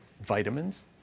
vitamins